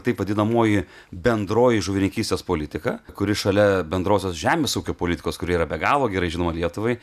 taip vadinamoji bendroji žuvininkystės politika kuri šalia bendrosios žemės ūkio politikos kuri yra be galo gerai žinoma lietuvai